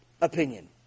opinion